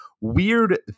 weird